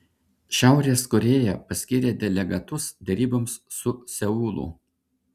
šiaurės korėja paskyrė delegatus deryboms su seulu